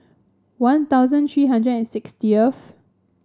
One Thousand three hundred and sixtieth